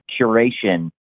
curation